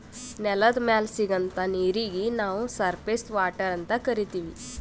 ನೆಲದ್ ಮ್ಯಾಲ್ ಸಿಗಂಥಾ ನೀರೀಗಿ ನಾವ್ ಸರ್ಫೇಸ್ ವಾಟರ್ ಅಂತ್ ಕರೀತೀವಿ